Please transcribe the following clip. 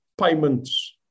payments